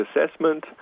assessment